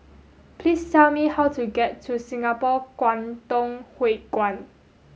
please tell me how to get to Singapore Kwangtung Hui Kuan